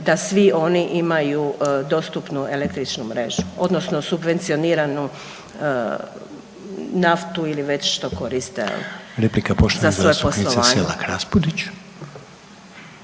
da svi oni imaju dostupnu električnu mrežu, odnosno subvencioniranu naftu ili što već koriste za svoje poslovanje.